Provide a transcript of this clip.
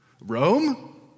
Rome